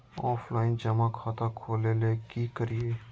Offline जमा खाता खोले ले की करिए?